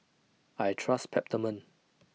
I Trust Peptamen